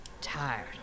Tired